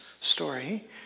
story